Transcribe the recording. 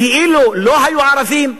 כאילו לא היו ערבים,